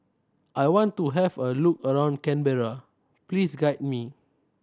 I want to have a look around Canberra please guide me